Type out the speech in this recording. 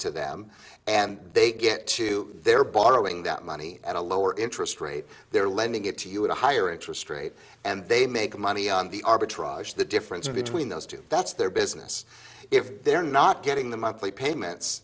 to them and they get to their borrowing that money at a lower interest rate they're lending it to you at a higher interest rate and they make money on the arbitrage the difference between those two that's their business if they're not getting the monthly payments